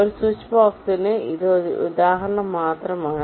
ഒരു സ്വിച്ച് ബോക്സിന് ഇത് ഒരു ഉദാഹരണം മാത്രമാണ്